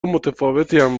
متفاوتیم